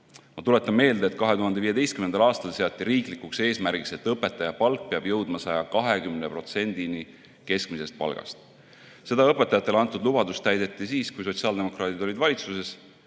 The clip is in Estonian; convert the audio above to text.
Ma tuletan meelde, et 2015. aastal seati riiklikuks eesmärgiks, et õpetajate palk peab jõudma 120%-ni keskmisest palgast. See õpetajatele antud lubadus täideti siis, kui sotsiaaldemokraadid olid valitsuses.